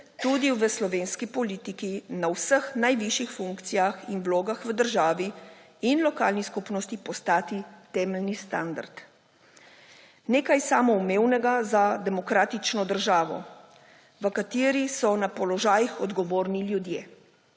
tudi v slovenski politiki na vseh najvišjih funkcijah in vlogah v državni in lokalni skupnosti postati temeljni standard; nekaj samoumevnega za demokratično državo, v kateri so na položajih odgovorni ljudje.